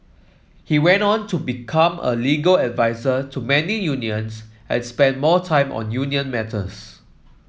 he went on to become a legal advisor to many unions and spent more time on union matters